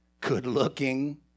good-looking